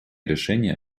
решения